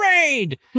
raid